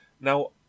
now